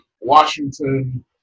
washington